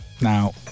Now